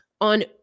on